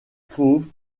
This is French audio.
fauve